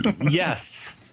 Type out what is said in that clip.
Yes